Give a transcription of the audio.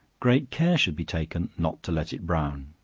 great care should be taken not to let it brown.